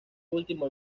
último